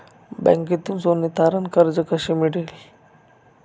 बँकेतून सोने तारण कर्ज कसे मिळेल?